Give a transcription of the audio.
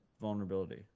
vulnerability